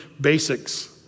basics